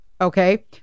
Okay